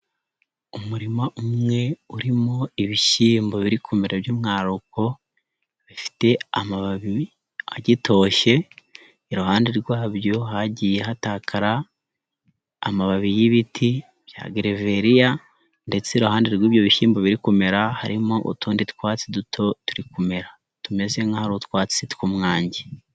Umurima umwe urimo ibishyimbo biri kumera by'umwaruko bifite amababi agitoshye, iruhande rwabyo hagiye hatakara amababi y'ibiti bya gereveriya ndetse iruhande rw'ibyo bishyimbo biri kumera harimo utundi twatsi duto turi kumera, tumeze nkaho ari utwatsi tw'umwange.